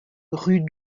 rue